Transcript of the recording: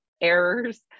errors